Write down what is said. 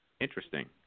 interesting